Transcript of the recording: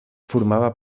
formava